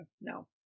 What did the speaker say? No